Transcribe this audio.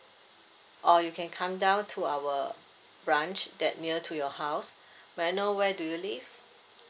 or you can come down to our branch that near to your house may I know where do you live